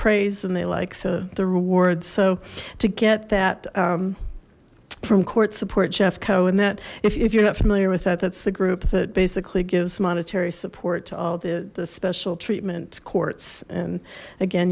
praise and they like the rewards so to get that from court support jeffco and that if you're not familiar with that that's the group that basically gives monetary support to all the the special treatment courts and again